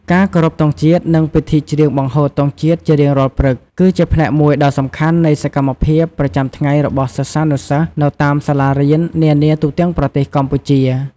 ការគោរពទង់ជាតិ និងពិធីច្រៀងបង្ហូតទង់ជាតិជារៀងរាល់ព្រឹក គឺជាផ្នែកមួយដ៏សំខាន់នៃសកម្មភាពប្រចាំថ្ងៃរបស់សិស្សានុសិស្សនៅតាមសាលារៀននានាទូទាំងប្រទេសកម្ពុជា។